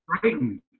Frightened